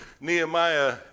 Nehemiah